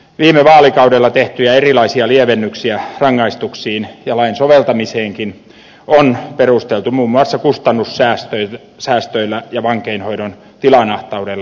viime vaalikaudella tehtyjä erilaisia lievennyksiä rangaistuksiin ja lain soveltamiseenkin on perusteltu muun muassa kustannussäästöillä ja vankeinhoidon tilanahtaudella